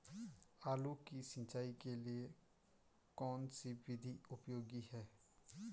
आलू की सिंचाई के लिए कौन सी विधि उपयोगी है?